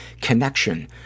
connection